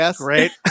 right